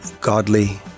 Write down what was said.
godly